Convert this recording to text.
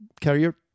carrier